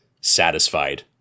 satisfied